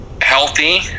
healthy